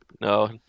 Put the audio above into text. No